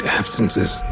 absences